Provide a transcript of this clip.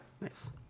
Nice